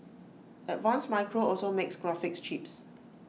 advanced micro also makes graphics chips